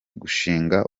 gushinga